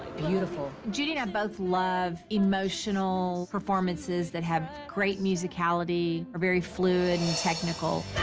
beautiful. judy and i both love emotional performances that have great musicality, are very fluid and technical.